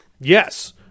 Yes